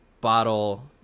bottle